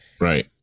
right